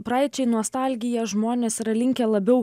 praeičiai nostalgiją žmonės yra linkę labiau